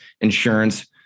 insurance